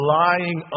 lying